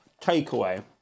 takeaway